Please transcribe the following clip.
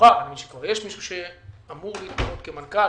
יש מישהו שאמור להתמנות כמנכ"ל,